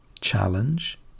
challenge